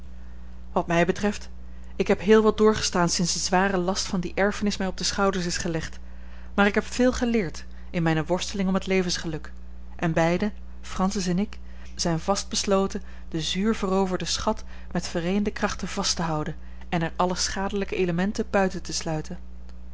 wat mij betreft ik heb heel wat doorgestaan sinds de zware last van die erfenis mij op de schouders is gelegd maar ik heb veel geleerd in mijne worsteling om het levensgeluk en beiden francis en ik zijn vast besloten de zuur veroverde schat met vereende krachten vast te houden en er alle schadelijke elementen buiten te sluiten